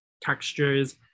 textures